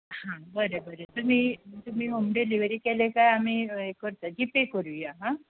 हां बरें बरें तुमी तुमी हॉम डिलीवरी केले काय आमी हें करता जी पे करूया हां